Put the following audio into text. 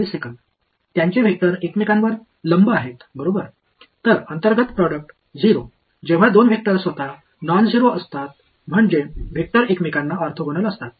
எனவே இரண்டு வெக்டர்கள் பூஜ்ஜியமற்றதாக இருக்கும்போது இன்னா் ப்ரோடக்ட் 0 என்பது வெக்டர்கள் ஒன்றுக்கொன்று ஆர்த்தோகனல் ஆகும்